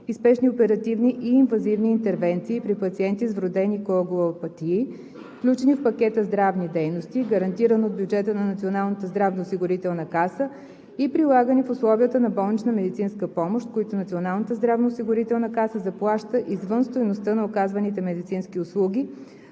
и спешни оперативни и инвазивни интервенции при пациенти с вродени коагулопатии, включени в пакета здравни дейности, гарантиран от бюджета на Националната здравноосигурителна каса, и прилагани в условията на болнична медицинска помощ, които Националната здравноосигурителна каса заплаща извън стойността на оказваните медицински услуги